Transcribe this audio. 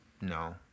No